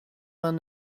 vingt